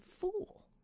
fool